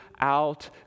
Out